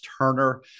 Turner